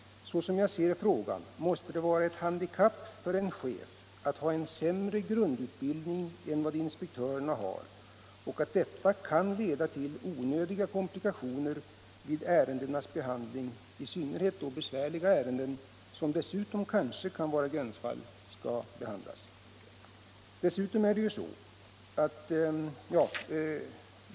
Så som jag ser frågan måste det vara ett handikapp för en chef att ha en sämre grundutbildning än inspektörerna, och detta kan leda till onödiga komplikationer vid ärendenas behandling — i synnerhet när besvärliga ärenden, som dessutom kanske är gränsfall, behandlas.